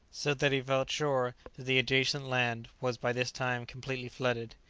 so that he felt sure that the adjacent land was by this time completely flooded.